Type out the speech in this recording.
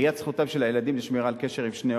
ראיית זכותם של הילדים לשמירה על קשר עם שני